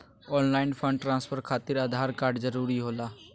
Online fund transfer खातिर Aadhaar card जरूरी होला?